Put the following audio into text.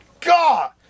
God